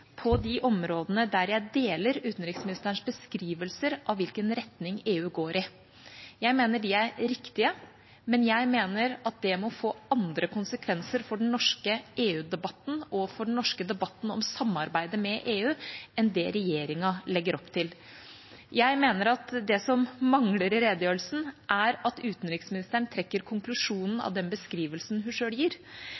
på de områdene der jeg deler utenriksministerens beskrivelser av hvilken retning EU går i. Jeg mener de er riktige, men jeg mener at det må få andre konsekvenser for den norske EU-debatten og for den norske debatten om samarbeidet med EU enn det regjeringa legger opp til. Jeg mener at det som mangler i redegjørelsen, er at utenriksministeren trekker konklusjonen